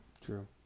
true